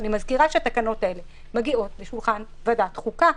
אני מזכירה שהתקנות האלה יגיעו לשולחן ועדת החוקה.